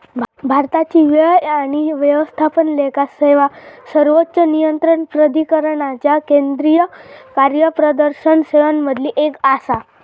भारताची व्यय आणि व्यवस्थापन लेखा सेवा सर्वोच्च नियंत्रण प्राधिकरणाच्या केंद्रीय कार्यप्रदर्शन सेवांमधली एक आसा